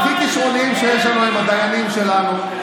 הכי כישרוניים שיש לנו הם הדיינים שלנו.